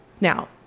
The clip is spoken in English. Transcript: now